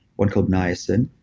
one called niacin.